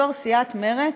סיעת מרצ,